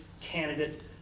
candidate